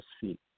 feet